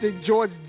George